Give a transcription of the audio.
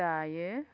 दायो